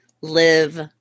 live